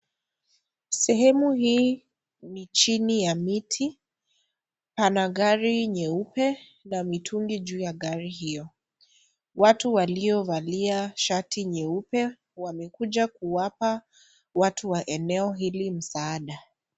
Sehemu hii ni chini ya miti. Pna gari nyeupe na mitungi juu ya gari hiyo. Watu waliovalia shati nyeupe wamekuja kuwapa watu wa eneo hili msaada.